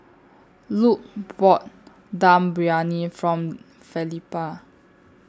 Luc bought Dum Briyani from Felipa